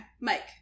Mike